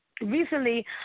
recently